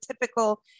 typical